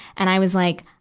and i was like,